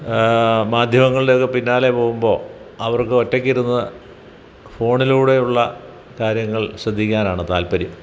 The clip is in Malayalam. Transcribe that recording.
മാധ്യമങ്ങളിലെയൊക്കെ പിന്നാലെ പോവുമ്പോൾ അവർക്ക് ഒറ്റക്കിരുന്ന് ഫോണിലൂടെയുള്ള കാര്യങ്ങൾ ശ്രദ്ധിക്കാനാണ് താല്പര്യം